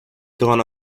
gone